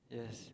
yes